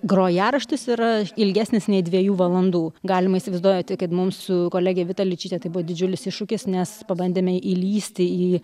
grojaraštis yra ilgesnis nei dviejų valandų galima įsivaizduojat kad mums su kolege vita ličyte tai buvo didžiulis iššūkis nes pabandėme įlįsti į